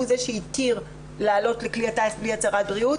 זה שהתיר לעלות לכלי הטיס בלי הצהרת בריאות.